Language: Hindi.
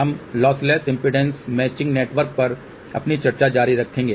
हम लॉसलेस इम्पीडेन्स मैचिंग नेटवर्क पर अपनी चर्चा जारी रखेंगे